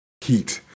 heat